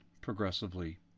progressively